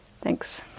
Thanks